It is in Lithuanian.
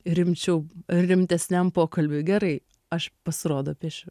rimčiau rimtesniam pokalbiui gerai aš pasirodo piešiu